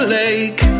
lake